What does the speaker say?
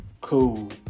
cool